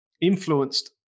influenced